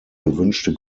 gewünschte